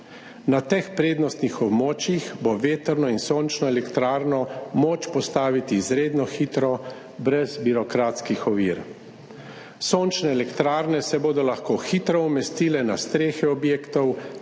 Na teh prednostnih območjih bo vetrno in sončno elektrarno moč postaviti izredno hitro, brez birokratskih ovir. Sončne elektrarne se bodo lahko hitro umestile na strehe objektov,